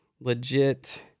legit